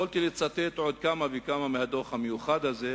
יכולתי לצטט עוד ועוד מהדוח המיוחד הזה,